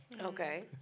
Okay